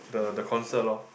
the the concert lor